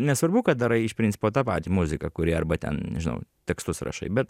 nesvarbu kad darai iš principo tą patį muziką kuri arba ten nu tekstus rašai bet